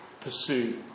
pursue